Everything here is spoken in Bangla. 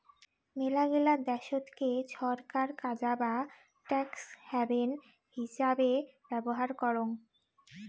মেলাগিলা দেশতকে ছরকার কাজা বা ট্যাক্স হ্যাভেন হিচাবে ব্যবহার করং